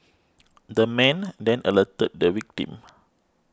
the man then alerted the victim